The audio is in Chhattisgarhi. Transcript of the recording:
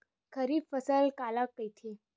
खरीफ फसल काला कहिथे?